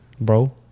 bro